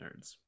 nerds